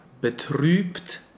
betrübt